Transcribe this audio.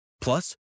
Plus